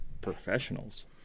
Professionals